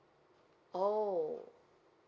oh